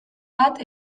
bat